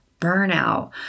burnout